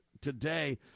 today